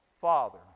Father